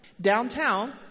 Downtown